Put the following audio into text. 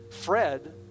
Fred